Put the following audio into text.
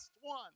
one